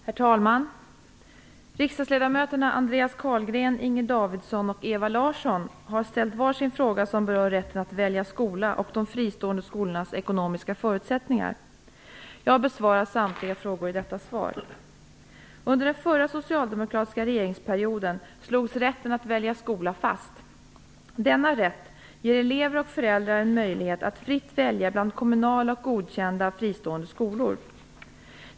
Herr talman! Riksdagsledamöterna Andreas Carlgren, Inger Davidson och Ewa Larsson har ställt varsin fråga som rör rätten att välja skola och de fristående skolornas ekonomiska förutsättningar. Jag besvarar samtliga frågor i detta svar. Under den förra socialdemokratiska regeringsperioden slogs rätten att välja skola fast. Denna rätt ger elever och föräldrar möjlighet att fritt välja bland kommunala och godkända fristående skolor.